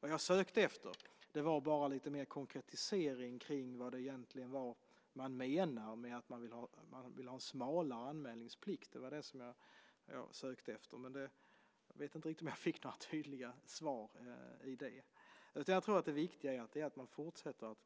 Vad jag sökte efter var bara lite mer konkretisering när det gäller vad ni egentligen menar med att ni vill ha smalare anmälningsplikt. Men jag vet inte riktigt om jag fick några tydliga svar på det. Jag tror att det viktiga är att man fortsätter att